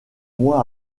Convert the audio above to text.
mois